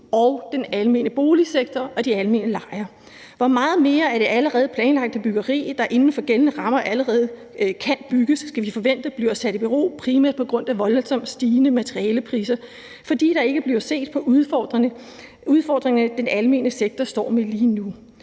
den almene boligsektor og de almene lejere for pengene nu? Hvor meget mere af det allerede planlagte byggeri, der inden for gældende rammer allerede kan bygges, skal vi forvente bliver sat i bero, primært på grund af voldsomt stigende materialepriser, fordi der ikke bliver set på udfordringerne, den almene sektor står med lige nu?